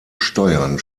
steuern